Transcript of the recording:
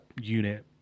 unit